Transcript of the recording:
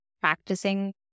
practicing